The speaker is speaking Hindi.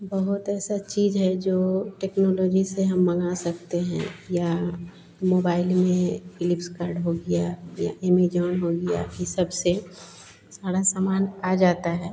बहुत ऐसी चीज़ है जो टेक्नोलॉजी से हम मँगा सकते हैं या मोबाइल में फ़्लिप्सकार्ड हो गया या एमेजाॅन हो गया ये सबसे सारा समान आ जाता है